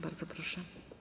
Bardzo proszę.